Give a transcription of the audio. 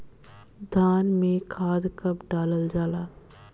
धान में खाद कब डालल जाला?